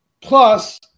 Plus